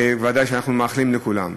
וודאי שאנחנו מאחלים לכולם.